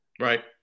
Right